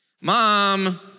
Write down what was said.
Mom